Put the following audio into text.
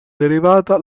derivata